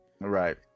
Right